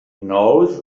knows